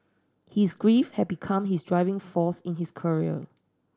his grief had become his driving force in his career